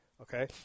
okay